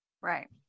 right